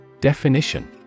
Definition